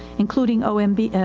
including opm but